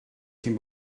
cyn